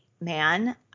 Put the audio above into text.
man